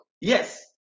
Yes